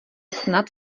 snad